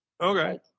okay